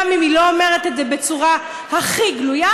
גם אם היא לא אומרת את זה בצורה הכי גלויה.